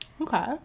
Okay